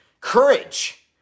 courage